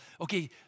Okay